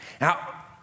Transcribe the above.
Now